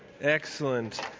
Excellent